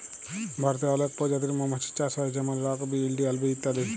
ভারতে অলেক পজাতির মমাছির চাষ হ্যয় যেমল রক বি, ইলডিয়াল বি ইত্যাদি